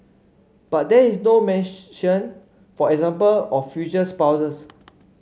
but there is no mention for example of future spouses